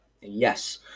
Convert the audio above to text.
yes